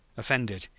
offended,